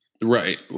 right